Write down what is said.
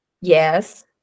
Yes